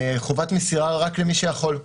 חובת מסירה רק למי שיכול.